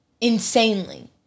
insanely